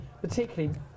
particularly